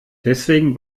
deswegen